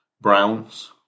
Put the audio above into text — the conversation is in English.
browns